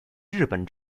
日本